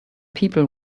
people